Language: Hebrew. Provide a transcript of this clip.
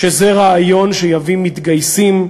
שזה רעיון שיביא מתגייסים,